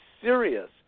serious